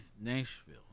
Nashville